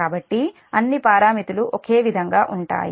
కాబట్టి అన్ని పారామితులు ఒకే విధంగా ఉంటాయి